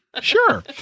Sure